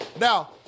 Now